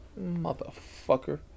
Motherfucker